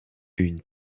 une